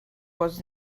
was